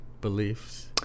beliefs